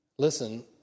Listen